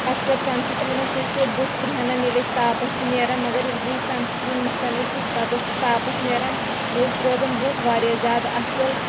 اَکثَر سَن سٕکریٖنو سۭتۍ چھِ بُتھ کرٛیٚہَنان ییٚلہِ أسۍ تاپَس چھِ نیران مگر ییٚلہِ بہٕ یہِ سَن سٕکریٖن متھان ٲسٕس پتہٕ ٲسٕس تاپَس نیران مےٚ اوس روزان بُتھ واریاہ زیادٕ اَصٕل